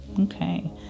Okay